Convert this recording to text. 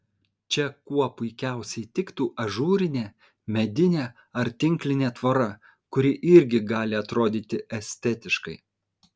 čia kuo puikiausiai tiktų ažūrinė medinė ar tinklinė tvora kuri irgi gali atrodyti estetiškai